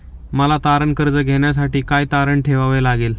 मला तारण कर्ज घेण्यासाठी काय तारण ठेवावे लागेल?